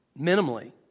minimally